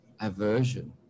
Aversion